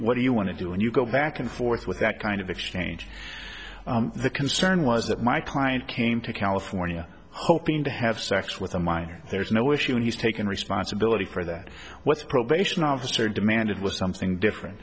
what do you want to do and you go back and forth with that kind of exchange the concern was that my client came to california hoping to have sex with a minor there's no issue and he's taken responsibility for that what's a probation officer demanded was something different